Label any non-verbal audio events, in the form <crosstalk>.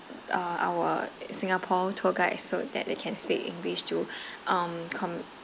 uh our singapore tour guide so that they can speak english to <breath> um comm~